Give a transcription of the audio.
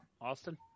Austin